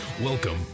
Welcome